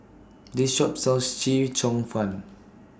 This Shop sells Chee Cheong Fun